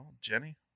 Jenny